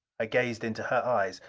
gazed into her eyes.